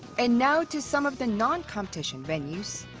and now to some of the non-competition venues.